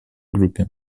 группе